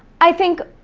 i think.